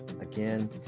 again